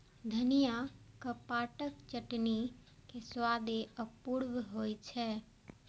धनियाक पातक चटनी के स्वादे अपूर्व होइ छै